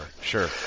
Sure